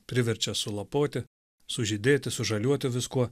priverčia sulapoti sužydėti sužaliuoti viskuo